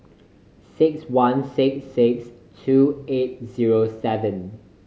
six one six six two eight zero seven